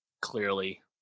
clearly –